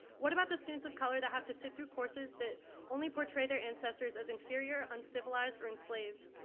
what about the students of color that have to sit through courses that only portray their ancestors as inferior uncivilized or enslaved.